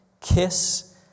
Kiss